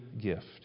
gift